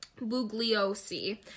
bugliosi